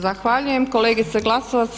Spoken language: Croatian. Zahvaljujem kolegice Glasovac.